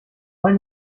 eine